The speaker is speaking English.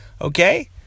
Okay